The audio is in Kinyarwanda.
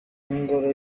ingoro